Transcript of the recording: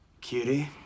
Cutie